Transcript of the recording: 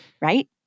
right